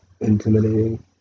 intimidating